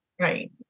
right